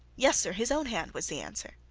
yes, sir, his own hand, was the answer.